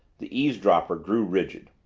the eavesdropper grew rigid.